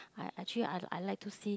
I actually I I like to see